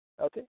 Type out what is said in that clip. Okay